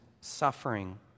suffering